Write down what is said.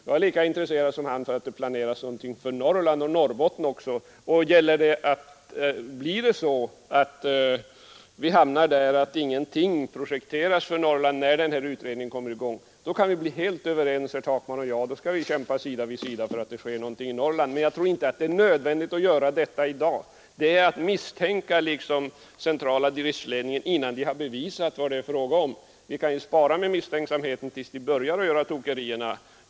Jag är lika intresserad som herr Takman av att det planeras för Norrland och Norrbotten, och blir det så att ingenting projekteras för Norrland när den aktuella utredningen kommer i gång kan herr Takman och jag bli helt överens — då skall vi kämpa sida vid sida för att det skall ske någonting i Norrland. Men jag tror inte att det är nödvändigt att göra detta i dag. Det är att liksom misstänka centrala driftledningen innan man har bevisat vad det är fråga om. Vi kan ju spara misstänksamheten tills man börjar göra tokerier.